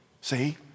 See